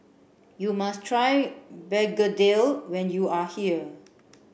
you must try begedil when you are here